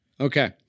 Okay